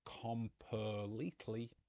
completely